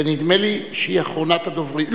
ונדמה לי שהיא אחרונת הדוברים.